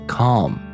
calm